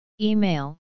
Email